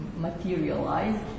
materialized